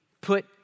put